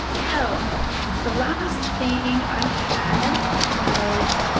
so the last thing i had was,